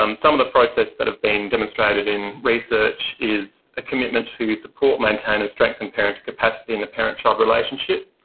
um some of the processes that have been demonstrated in research is a commitment to support, maintain and strengthen parental capacity and the parent-child relationship.